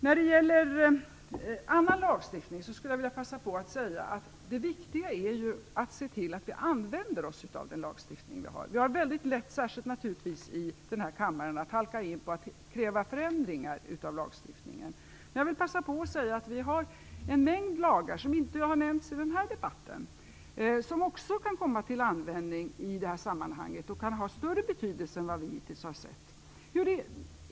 När det gäller annan lagstiftning skulle jag vilja passa på att säga att det viktiga är att se till att vi använder oss av den lagstiftning vi har. Vi har väldigt lätt, särskilt naturligtvis i denna kammare, att halka in på att kräva förändringar av lagstiftningen. Jag vill passa på att säga att vi har en mängd lagar som inte har nämnts i denna debatt som också kan komma till användning i detta sammanhang och kan ha större betydelse än vad vi hittills har sett.